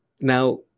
Now